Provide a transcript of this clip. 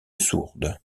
sourde